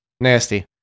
Nasty